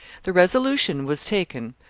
the resolution was taken,